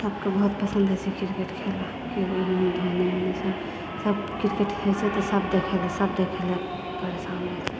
सभकेंँ बहुत पसन्द होइ छै क्रिकेट खेलऽ धोनी ओनी सभ सभ क्रिकेट हइ छै तऽ सभ देखै लऽ सभ देखै लऽ परेशान रहै छै